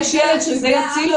יש ילד שזה הציל אותו.